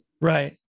Right